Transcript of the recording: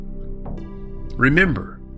Remember